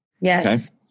Yes